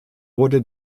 wurde